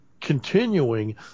continuing